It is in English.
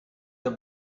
the